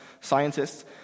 scientists